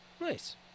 Nice